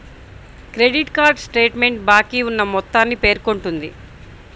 credit card statement బాకీ ఉన్న మొత్తాన్ని పేర్కొంటుంది